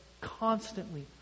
constantly